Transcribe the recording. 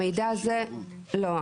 לא,